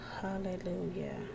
Hallelujah